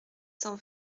cent